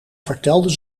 vertelden